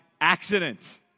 accident